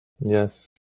Yes